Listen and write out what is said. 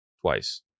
Twice